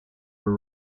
will